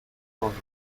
florida